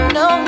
no